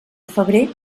febrer